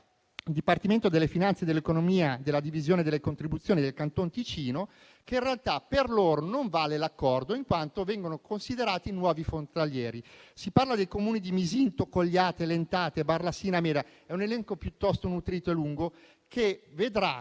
Dipartimento delle finanze e dell'economia della divisione delle contribuzioni del Canton Ticino che in realtà per loro non vale l'accordo, in quanto considerati nuovi frontalieri. Si parla dei Comuni di Misinto, Cogliate, Lentate, Barlassina e Meda. È un elenco piuttosto nutrito e lungo, che porterà